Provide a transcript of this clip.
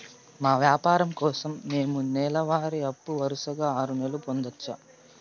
మా వ్యాపారం కోసం మేము నెల వారి అప్పు వరుసగా ఆరు నెలలు పొందొచ్చా?